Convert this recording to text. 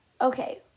Okay